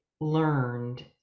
learned